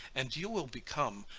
and you will become,